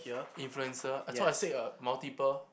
influencer I thought I said a multiple